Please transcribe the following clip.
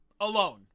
alone